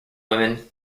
women